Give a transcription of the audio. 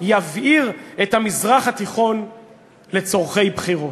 יבעיר את המזרח התיכון לצורכי בחירות.